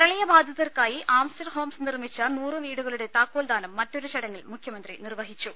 പ്രളയബാധിതർക്കായി ആംസ്റ്റർഹോംസ് നിർമിച്ച നൂറ് വീടുകളുടെ താക്കോൽദാനം മറ്റൊരു ചടങ്ങിൽ മുഖ്യമന്ത്രി നിർവഹിച്ചു